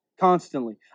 constantly